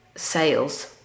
Sales